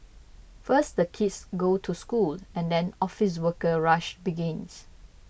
first the kids go to school and then office worker rush begins